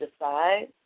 decide